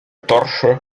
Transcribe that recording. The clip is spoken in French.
torche